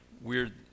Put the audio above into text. weird